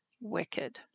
wicked